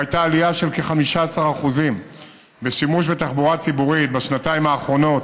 והייתה עלייה של כ-15% בשימוש בתחבורה ציבורית בשנתיים האחרונות,